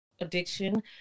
addiction